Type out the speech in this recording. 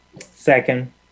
Second